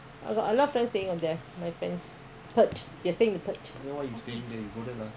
ah I go there ah